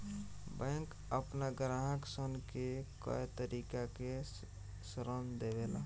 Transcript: bank आपना ग्राहक सन के कए तरीका के ऋण देवेला